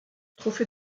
trophée